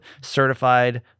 Certified